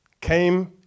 came